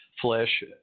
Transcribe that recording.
flesh